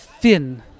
Thin